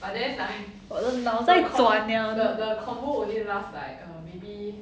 我的脑在转了